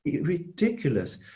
ridiculous